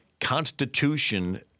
constitution